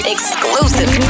Exclusive